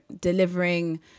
delivering